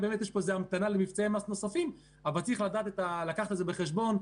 אני אומר רק עוד הערה אחת לפתיחה: צריך לזכור,